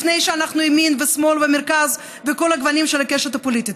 לפני שאנחנו ימין ושמאל ומרכז וכל הגוונים שלה הקשת הפוליטית.